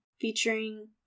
featuring